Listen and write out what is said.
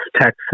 Texas